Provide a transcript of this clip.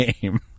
game